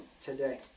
today